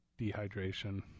dehydration